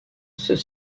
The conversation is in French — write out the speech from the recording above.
ceux